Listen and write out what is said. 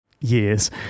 Years